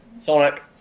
Sonic